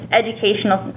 educational